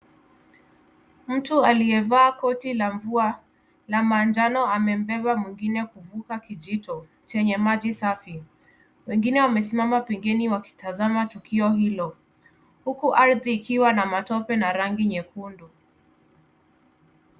Mtu aliyevaa koti la mvua la manjano amembeba mwengine kuvuka kijito chenye maji safi, wengine wamesimama pembeni wakitazama tukio hilo huku ardhi ikiwa na matope na rangi nyekundu.